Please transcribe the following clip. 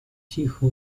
тихо